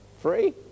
Free